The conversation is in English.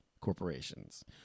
corporations